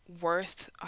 worth